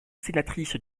sénatrice